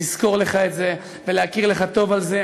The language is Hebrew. לזכור לך את זה ולהכיר לך טוב על זה.